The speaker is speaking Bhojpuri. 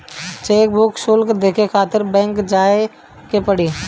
चेकबुक शुल्क देखे खातिर बैंक जाए के पड़ी